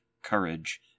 courage